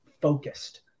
focused